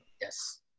Yes